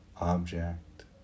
object